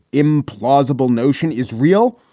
implausible notion is real,